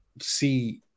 see